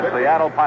Seattle